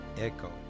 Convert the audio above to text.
echo